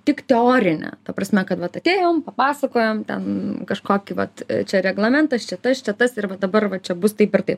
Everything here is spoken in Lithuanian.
tik teorinė ta prasme kad vat atėjom papasakojom ten kažkokį vat čia reglamentas čia tas čia tas ir va dabar va čia bus taip ir taip